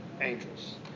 angels